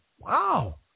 Wow